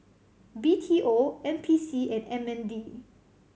B T O N P C and M N D